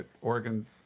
Oregon